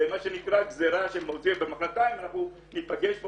זה מה שנקרא גזירה --- ומחרתיים אנחנו ניפגש פה